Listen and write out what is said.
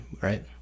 right